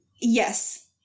Yes